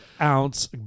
ounce